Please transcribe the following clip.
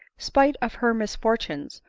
spite of her misfortunes,